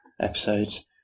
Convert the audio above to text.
episodes